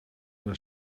das